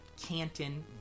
Canton